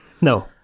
No